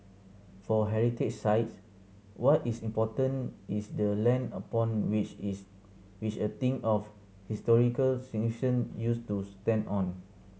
for heritage sites what is important is the land upon which is which a thing of historical significance used to stand on